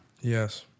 Yes